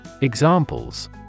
Examples